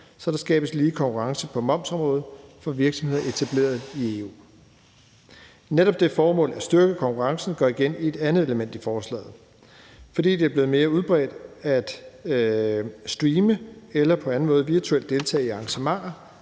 så der skabes lige konkurrence på momsområdet for virksomheder etableret i EU. Netop det formål at styrke konkurrencen går igen i et andet element i forslaget. Fordi det er blevet mere udbredt at streame eller på anden måde virtuelt deltage i arrangementer